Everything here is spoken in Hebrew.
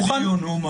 לא.